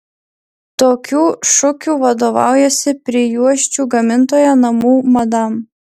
tokiu šūkiu vadovaujasi prijuosčių gamintoja namų madam